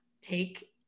Take